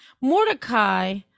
Mordecai